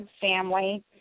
family